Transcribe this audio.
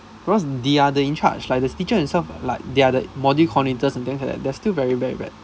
because they are the in charge like the teacher himself like they are the module coordinators and things like that they're still very very bad